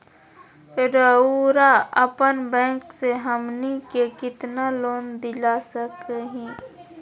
रउरा अपन बैंक से हमनी के कितना लोन दिला सकही?